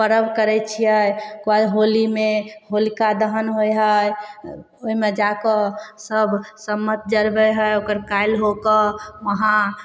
पर्व करय छियै ओकर बाद होलीमे होलिका दहन होइ हइ ओइमे जा कऽ सब सम्मत जरबय हइ ओकर काल्हि होके वहाँ